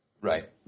Right